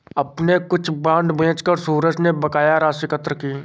अपने कुछ बांड बेचकर सूरज ने बकाया राशि एकत्र की